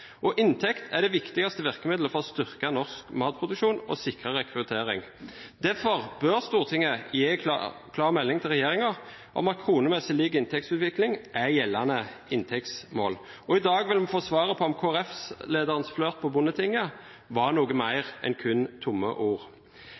Inntekt er det viktigste virkemiddelet for å styrke norsk matproduksjon og sikre rekruttering. Derfor bør Stortinget gi klar melding til regjeringen om at kronemessig lik inntektsutvikling er gjeldende inntektsmål. Og i dag vil vi få svaret på om Kristelig Folkeparti-lederens flørt på Bondetinget var noe mer enn kun tomme ord.